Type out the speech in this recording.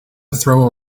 throw